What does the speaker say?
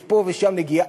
יש פה ושם נגיעה,